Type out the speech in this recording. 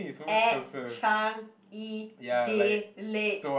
at Changi-Village